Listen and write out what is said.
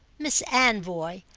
miss anvoy,